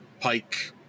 Pike